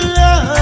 love